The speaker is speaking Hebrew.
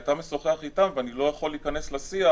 אתה משוחח איתם, ואני לא יכול להיכנס לשיח.